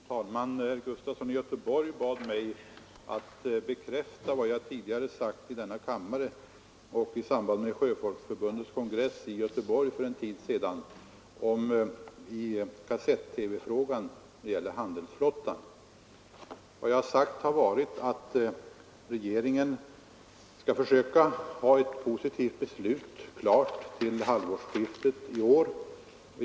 Fru talman! Herr Sven Gustafson i Göteborg bad mig bekräfta vad jag tidigare sade i denna kammare och i samband med Sjöfolksförbundets kongress i Göteborg för en tid sedan om kassett-TV vid handelsflottan. Vid dessa tillfällen sade jag att regeringen skall försöka fatta ett positivt beslut till halvårsskiftet i år.